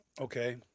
Okay